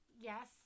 Yes